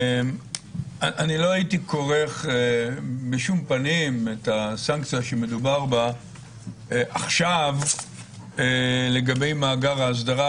לא הייתי כורך בשום פנים את הסנקציה שמדובר בה עכשיו לגבי מאגר האסדרה,